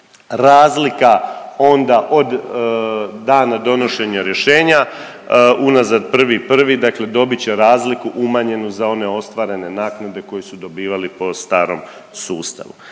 razlika onda od dana donošenja rješenja unazad 1.01., dakle dobit će razliku umanjenu za one ostvarene naknade koje su dobivali po starom sustavu.